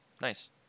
nice